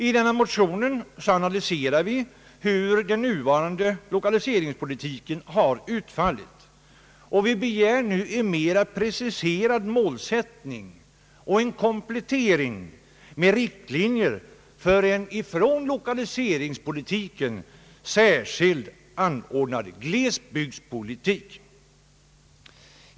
I denna motion analyserar vi hur den nuvarande lokaliseringspolitiken har utfallit, och vi begär nu en mera preciserad målsättning och en komplettering med riktlinjer för en ifrån = lokaliseringspolitiken = särskild förd glesbygdspolitik.